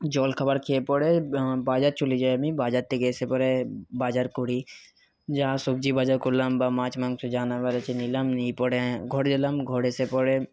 জলখাবার খেয়ে পরে বাজার চলে যাই আমি বাজার থেকে এসে পরে বাজার করি যা সবজি বাজার করলাম বা মাছ মাংস যা নেবার আছে নিলাম নিয়ে পরে ঘরে এলাম ঘরে এসে পরে